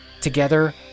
Together